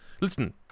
listen